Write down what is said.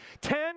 Ten